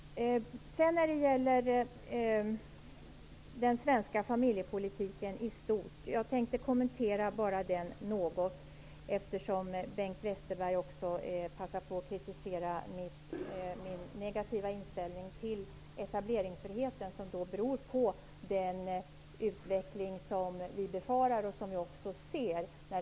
Jag vill något kommentera den svenska familjepolitiken i stort, eftersom Bengt Westerberg också passade på att kritisera min negativa inställning till etableringsfriheten. Det beror på den utveckling som vi befarar och som vi redan ser.